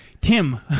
Tim